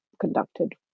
conducted